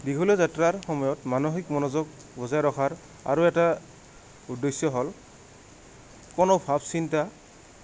দীঘলীয়া যাত্ৰাৰ সময়ত মানসিক মনোযোগ বজাই ৰখাৰ আৰু এটা উদ্দেশ্য হ'ল কোনো ভাৱ চিন্তা